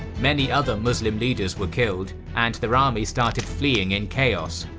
many other muslim leaders were killed and their army started fleeing in chaos,